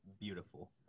beautiful